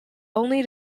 only